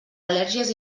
al·lèrgies